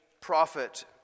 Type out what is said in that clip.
prophet